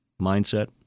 mindset